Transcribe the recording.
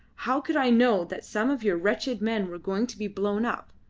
how could i know that some of your wretched men were going to be blown up?